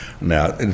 Now